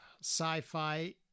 sci-fi